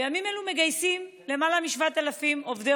בימים אלו מגייסים למעלה מ-7,000 עובדי